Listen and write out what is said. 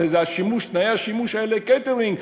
תנאי השימוש האלה הם לקייטרינג,